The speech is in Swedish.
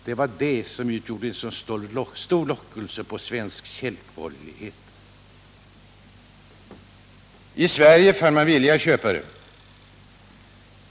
Det är det som utgjort en så stor lockelse på svensk kälkborgerlighet! I Sverige fann man villiga köpare.